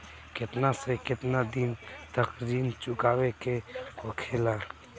केतना से केतना दिन तक ऋण चुकावे के होखेला?